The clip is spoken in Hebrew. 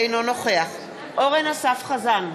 אינו נוכח אורן אסף חזן,